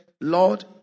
Lord